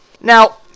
Now